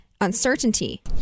uncertainty